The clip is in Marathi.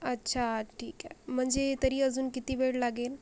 अच्छा ठीक आहे म्हणजे तरी अजून किती वेळ लागेल